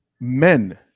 Men